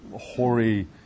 hoary